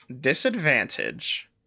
disadvantage